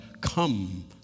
come